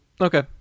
okay